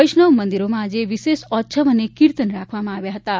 વૈષ્ણવ મંદિરોમાં આજે વિશેષ ઓચ્છવ અને કીર્તન રાખવામાં આવ્યાં હતાં